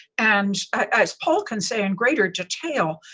and as paul can say in greater detail,